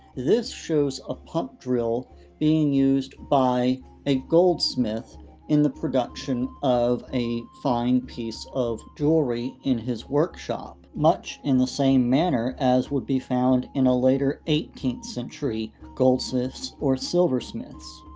this shows a pump drill being used by a goldsmith in the production of a fine piece of jewelry in his workshop, much in the same manner as would be found in a later eighteenth century goldsmiths or silversmiths.